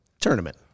tournament